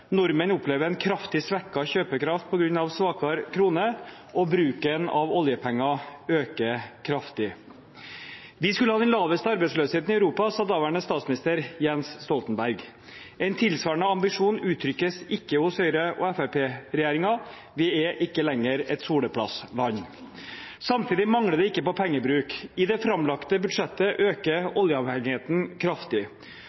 nordmenn opplever en kraftig svekket kjøpekraft på grunn av svakere krone, og bruken av oljepenger øker kraftig. Vi skulle ha den laveste arbeidsløsheten i Europa, sa daværende statsminister Jens Stoltenberg. En tilsvarende ambisjon uttrykkes ikke hos Høyre–Fremskrittsparti-regjeringen. Vi er ikke lenger et «soleplassland». Samtidig mangler det ikke på pengebruk. I det framlagte budsjettet øker oljeavhengigheten kraftig.